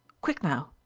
quick now!